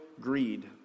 greed